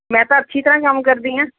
ਮੈਂ ਤਾਂ ਅੱਛੀ ਤਰ੍ਹਾਂ ਕੰਮ ਕਰਦੀ ਹਾਂ